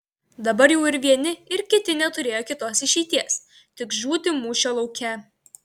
dabar jau ir vieni ir kiti neturėjo kitos išeities tik žūti mūšio lauke